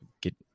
get